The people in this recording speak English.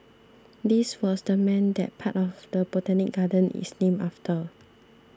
this was the man that part of the Botanic Gardens is named after